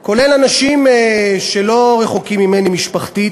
כולל אנשים שלא רחוקים ממני משפחתית,